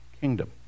kingdom